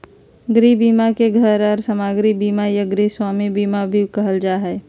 गृह बीमा के घर आर सामाग्री बीमा या गृहस्वामी बीमा भी कहल जा हय